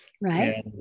Right